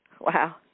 Wow